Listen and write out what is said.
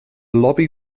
lobby